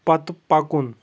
پتہٕ پکُن